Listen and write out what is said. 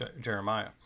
Jeremiah